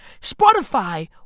Spotify